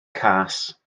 cas